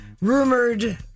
rumored